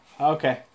Okay